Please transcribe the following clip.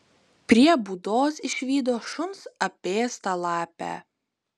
prie būdos išvydo šuns apėstą lapę